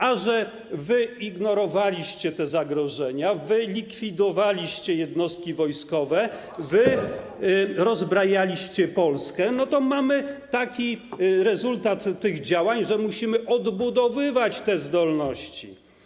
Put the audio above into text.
A że wy ignorowaliście te zagrożenia, likwidowaliście jednostki wojskowe, rozbrajaliście Polskę, to mamy taki rezultat tych działań, że musimy odbudowywać te zdolności.